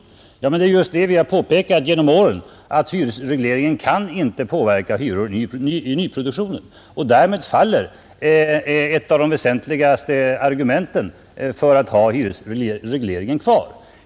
Ja, men vad vi har påpekat genom åren är ju just att hyresregleringen inte kan påverka hyrorna i nyproduktionen. Därmed faller ju också ett av de väsentligaste argumenten för att ha hyresregleringen kvar.